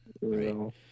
Right